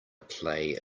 play